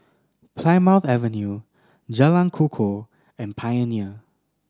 Plymouth Avenue Jalan Kukoh and Pioneer